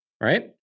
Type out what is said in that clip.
Right